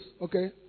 okay